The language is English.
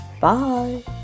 Bye